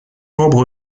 membre